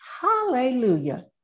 Hallelujah